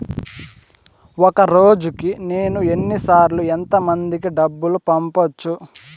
ఒక రోజుకి నేను ఎన్ని సార్లు ఎంత మందికి డబ్బులు పంపొచ్చు?